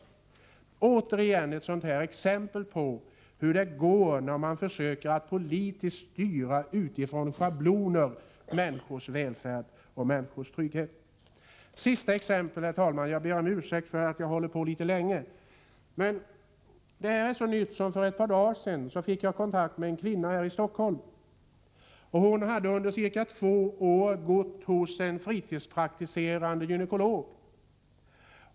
Det är, som sagt, ytterligare ett exempel på hur det går när man försöker att politiskt styra människors välfärd och trygghet. Låt mig ta ett sista exempel, herr talman, och jag ber om ursäkt för att det tar litet lång tid. Så nyligen som för ett par dagar sedan fick jag kontakt med en kvinna här i Stockholm som under ca två år hade gått hos en fritidspraktiserande gynekolog.